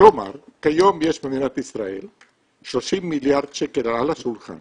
כלומר כיום יש במדינת ישראל 30 מיליארד שקל על השולחן